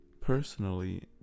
personally